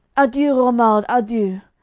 adieu, romuald, adieu!